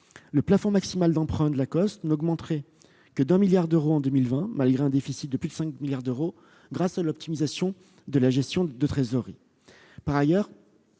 Le plafond maximal d'emprunt de cet organisme n'augmenterait que de 1 milliard d'euros en 2020, malgré un déficit de plus de 5 milliards d'euros, grâce à l'optimisation de la gestion de trésorerie.